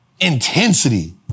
intensity